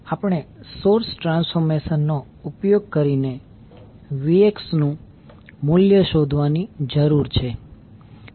આપણે source transformation નો ઉપયોગ કરીને Vxનું મૂલ્ય શોધવાની જરૂર છે